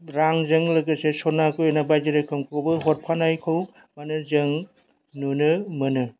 रांजों लोगोसे सना गहेना बायदि रोखोमखौबो हरफानायखौ माने जों नुनो मोनो